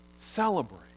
Celebrate